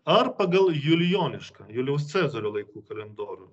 ar pagal julijonišką julijaus cezario laikų kalendorių